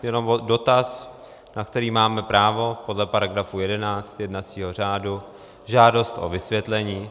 Jenom dotaz, na který máme právo podle § 11 jednacího řádu žádost o vysvětlení.